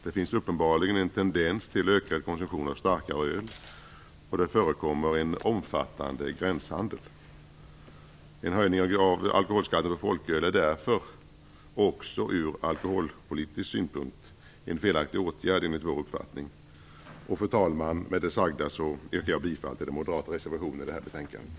Det finns uppenbarligen en tendens till ökad konsumtion av starkare öl, och det förekommer en omfattande gränshandel. En höjning av alkoholskatten för folköl är, enligt vår uppfattning, därför en felaktig åtgärd även ur alkoholpolitisk synpunkt. Fru talman! Med det sagda yrkar jag bifall till den moderata reservationen i det här betänkandet.